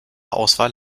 auswahl